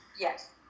Yes